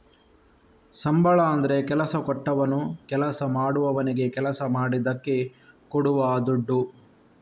ಸಂಬಳ ಅಂದ್ರೆ ಕೆಲಸ ಕೊಟ್ಟವನು ಕೆಲಸ ಮಾಡುವವನಿಗೆ ಕೆಲಸ ಮಾಡಿದ್ದಕ್ಕೆ ಕೊಡುವ ದುಡ್ಡು